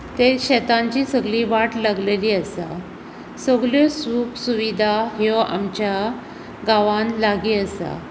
त्या शेतांची सगळी वाट लागलेली आसा सगळ्यो सूख सुविधा ह्यो आमच्या गांवांत लागीं आसा